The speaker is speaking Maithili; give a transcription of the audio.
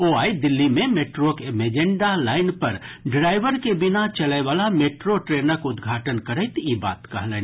ओ आइ दिल्ली मे मेट्रोक मेजेंटा लाइन पर ड्राइवर के बिना चलयवला मेट्रो ट्रेनक उद्घाटन करैत ई बात कहलनि